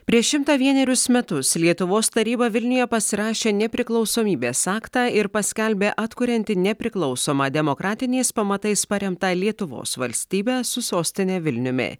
prieš šimtą vienerius metus lietuvos taryba vilniuje pasirašė nepriklausomybės aktą ir paskelbė atkurianti nepriklausomą demokratiniais pamatais paremtą lietuvos valstybę su sostine vilniumi